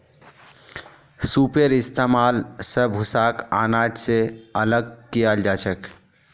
सूपेर इस्तेमाल स भूसाक आनाज स अलग कियाल जाछेक